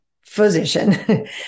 physician